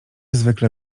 zwykle